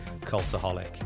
Cultaholic